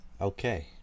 okay